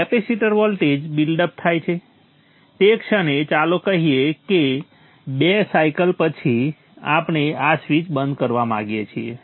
capacitor voltage built up થાય તે ક્ષણે ચાલો કહીએ કે 2 સાઇકલ પછી આપણે આ સ્વીચ બંધ કરવા માંગીએ છીએ